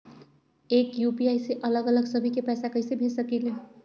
एक यू.पी.आई से अलग अलग सभी के पैसा कईसे भेज सकीले?